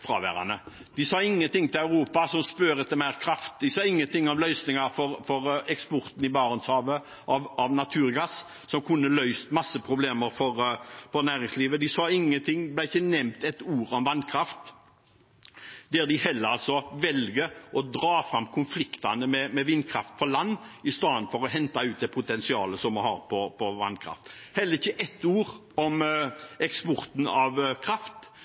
sa ingenting til Europa, som spør etter mer kraft. De sa ingenting om løsninger for eksporten av naturgass i Barentshavet, som kunne løst mange problemer for næringslivet. Vannkraft ble ikke nevnt med ett ord. De velger heller å dra fram konfliktene med vindkraft på land i stedet for å hente ut det potensialet vi har på vannkraft. Det var heller ikke ett ord om eksporten av kraft,